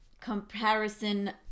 comparison